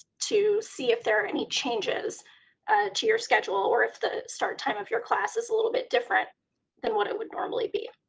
to see if there are any changes to your celled or if the start time of your class is a little bit different than what it would normally be.